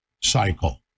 cycle